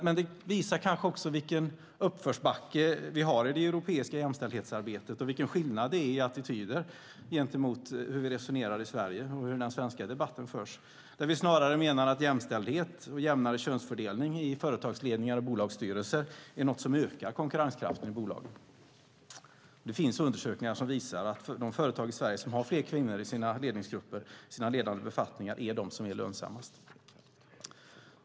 Men det visar kanske vilken uppförsbacke vi har i det europeiska jämställdhetsarbetet och vilken skillnad det är i attityder gentemot hur vi resonerar i Sverige och hur den svenska debatten förs, där vi snarare menar att jämställdhet och en jämnare könsfördelning i företagsledningar och bolagsstyrelser är något som ökar konkurrenskraften i bolagen. Det finns undersökningar som visar att de företag i Sverige som har fler kvinnor i sina ledande befattningar är de som är lönsammast.